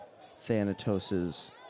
Thanatos